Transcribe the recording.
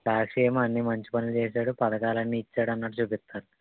సాక్షి ఏమో అన్ని మంచి పనులు చేశాడు పథకాలన్నీ ఇచ్చాడు అన్నట్టు చూపిస్తాడు